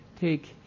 take